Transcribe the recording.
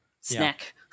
snack